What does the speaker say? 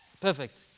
Perfect